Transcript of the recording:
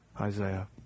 Isaiah